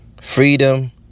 Freedom